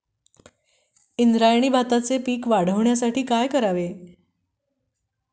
इंद्रायणी भाताचे पीक वाढण्यासाठी काय करावे?